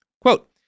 Quote